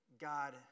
God